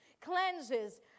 cleanses